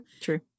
True